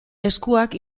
eskuak